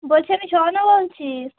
বলছি আমি চয়না বলছি